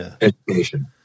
education